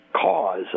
cause